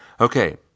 Okay